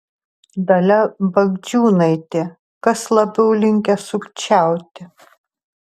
dalia bagdžiūnaitė kas labiau linkęs sukčiauti